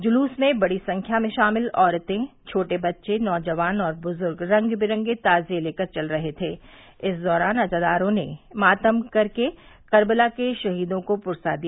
जुलूस में बड़ी संख्या में शामिल औरतें छोटे बच्चे नौजवान और बुजुर्ग रंग बिरंगे ताजिये लेकर चल रहे थे इस दौरान अजादारों ने मातम कर कर्बला के शहीदों को पुरसा दिया